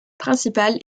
principal